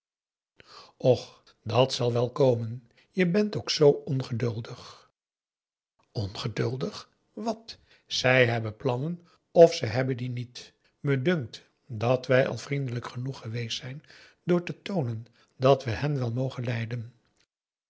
och dat zal wel komen je bent ook zoo ongeduldig ongeduldig wat zij hebben plannen of ze hebben die niet me dunkt dat wij al vriendelijk genoeg geweest zijn door te toonen dat we hen wel mogen lijden